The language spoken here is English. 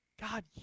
God